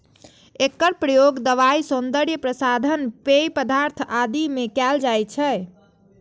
एकर प्रयोग दवाइ, सौंदर्य प्रसाधन, पेय पदार्थ आदि मे कैल जाइ छै